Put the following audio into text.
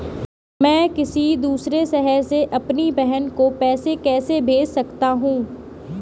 मैं किसी दूसरे शहर से अपनी बहन को पैसे कैसे भेज सकता हूँ?